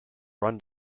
run